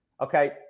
okay